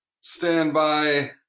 standby